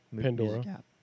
Pandora